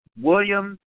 William